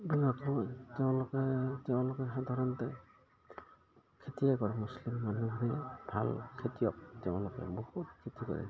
বিলাকে তেওঁলোকে তেওঁলোকে সাধাৰণতে খেতিয়ে কৰে মুছলিম মানুহে ভাল খেতিয়ক তেওঁলোকে বহুত খেতি কৰে